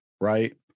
right